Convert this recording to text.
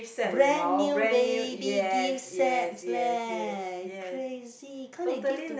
brand new baby gift sets leh crazy can't they give to